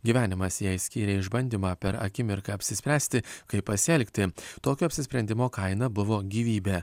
gyvenimas jai skyrė išbandymą per akimirką apsispręsti kaip pasielgti tokio apsisprendimo kaina buvo gyvybė